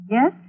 Yes